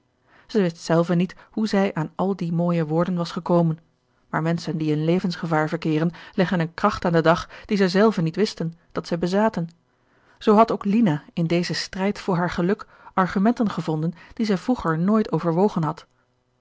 zij wist zelve niet hoe zij aan al die mooie woorden was gekomen maar menschen die in levensgevaar verkeeren leggen eene kracht aan den dag die zij zelven niet wisten dat zij bezaten zoo had ook lina in dezen strijd voor haar geluk argumenten gevonden die zij vroeger nooit overwogen had